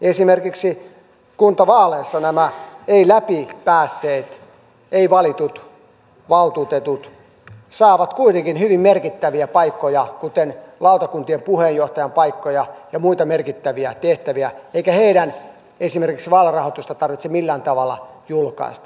esimerkiksi kuntavaaleissa nämä ei läpipäässeet ei valitut valtuutetut saavat kuitenkin hyvin merkittäviä paikkoja kuten lautakuntien puheenjohtajan paikkoja ja muita merkittäviä tehtäviä eikä heidän esimerkiksi vaalirahoitusta tarvitse millään tavalla julkaista